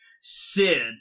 Sid